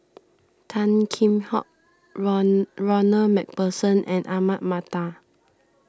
Tan Kheam Hock Ronald MacPherson and Ahmad Mattar